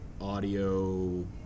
audio